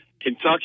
Kentucky